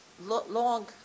long